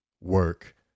work